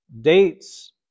dates